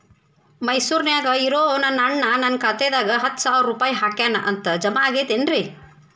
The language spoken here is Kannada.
ಮೈಸೂರ್ ನ್ಯಾಗ್ ಇರೋ ನನ್ನ ಅಣ್ಣ ನನ್ನ ಖಾತೆದಾಗ್ ಹತ್ತು ಸಾವಿರ ರೂಪಾಯಿ ಹಾಕ್ಯಾನ್ ಅಂತ, ಜಮಾ ಆಗೈತೇನ್ರೇ?